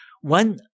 One